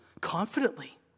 confidently